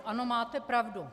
Ano, máte pravdu.